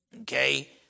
okay